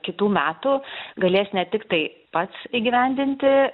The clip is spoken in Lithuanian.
kitų metų galės ne tiktai pats įgyvendinti